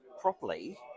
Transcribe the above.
properly